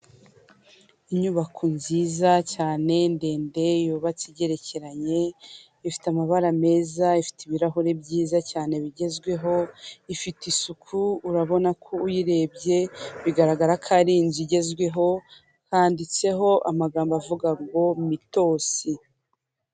Inyubako nziza cyane ndende yubatse igerekeranye ifite amabara meza ifite ibirahuri byiza cyane bigezweho ifite isuku urabona ko uyirebye bigaragara ko ari inzu igezweho handitseho amagambo avuga ngo mitosi.